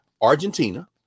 argentina